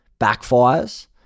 backfires